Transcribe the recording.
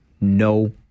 No